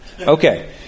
Okay